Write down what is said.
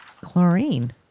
Chlorine